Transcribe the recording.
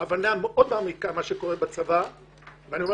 הבנה מאוד מעמיקה של מה שקורה בצבא ואני אומר